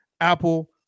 Apple